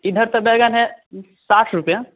इधर तो बैंगन है साठ रूपया